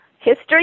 history